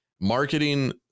Marketing